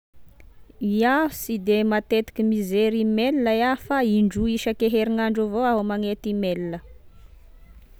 Iaho sy de matetiky mijery mail iaho fa indroy isake herignandro avao aho magnety mail